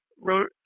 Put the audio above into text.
wrote